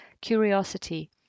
curiosity